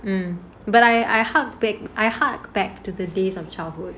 um but I I heartbreak I hug back to the days of childhood